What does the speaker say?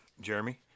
Jeremy